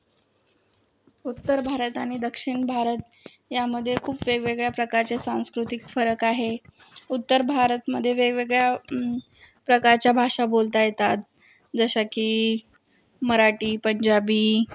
उत्तर भारत आणि दक्षिण भारत यामध्ये खूप वेगवेगळ्या प्रकारचे सांस्कृतिक फरक आहे उत्तर भारतामध्ये वेगवेगळ्या प्रकारच्या भाषा बोलता येतात जशा की मराठी पंजाबी